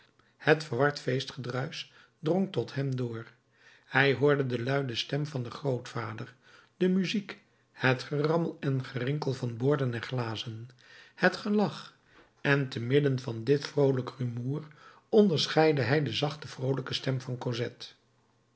het verward feestgerucht drong tot hem door hij hoorde de luide stem van den grootvader de muziek het gerammel en gerinkel van borden en glazen het gelach en te midden van dit vroolijk rumoer onderscheidde hij de zachte vroolijke stem van